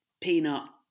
peanut